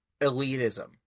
elitism